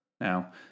Now